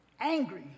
angry